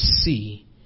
see